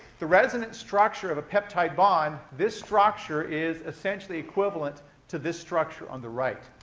the resonance structure of a peptide bond, this structure is essentially equivalent to this structure on the right.